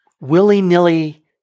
willy-nilly